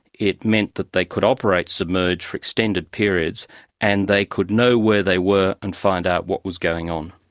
it meant that they could operate submerged for extended periods and they could know where they were and find out what was going on.